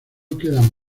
quedan